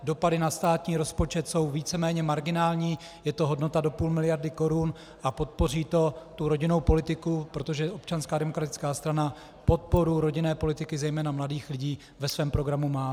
Dopady na státní rozpočet jsou víceméně marginální, je to hodnota do půl miliardy korun, a podpoří to rodinnou politiku, protože Občanská demokratická strana podporu rodinné politiky, zejména mladých lidí, ve svém programu má.